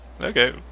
Okay